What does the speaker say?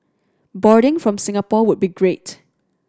boarding from Singapore would be great